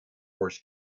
wars